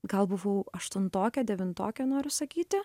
gal buvau aštuntokė devintokė noriu sakyti